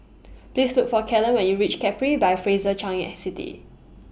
Please Look For Kellen when YOU REACH Capri By Fraser Changi City